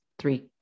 three